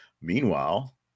Meanwhile